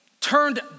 turned